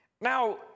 Now